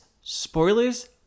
spoilers